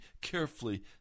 carefully